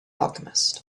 alchemist